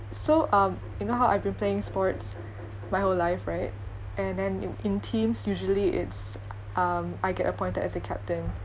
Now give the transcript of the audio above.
so um you know how I been playing sports my whole life right and then i~ in teams usually it's um I get appointed as a captain